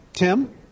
Tim